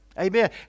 Amen